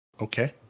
Okay